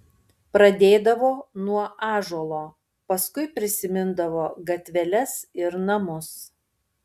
pradėdavo nuo ąžuolo paskui prisimindavo gatveles ir namus